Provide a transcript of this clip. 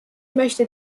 möchte